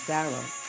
Sarah